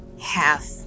half